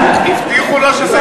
הבטיחו לו שזה,